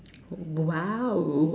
!wow!